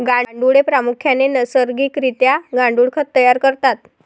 गांडुळे प्रामुख्याने नैसर्गिक रित्या गांडुळ खत तयार करतात